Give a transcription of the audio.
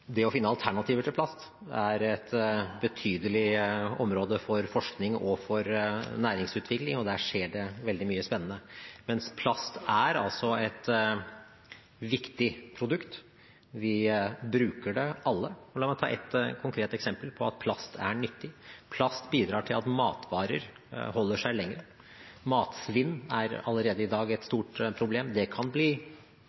et betydelig område for forskning og for næringsutvikling, og der skjer det veldig mye spennende. Men plast er altså et viktig produkt, vi bruker det alle, og la meg ta ett konkret eksempel på at plast er nyttig: Plast bidrar til at matvarer holder seg lenger. Matsvinn er allerede i dag et